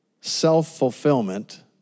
self-fulfillment